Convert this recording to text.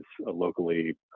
locally